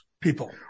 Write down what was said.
people